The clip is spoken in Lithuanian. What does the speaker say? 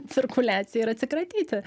cirkuliaciją ir atsikratyti